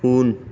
उन